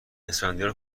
اسفندیار